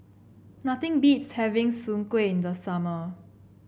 nothing beats having Soon Kueh in the summer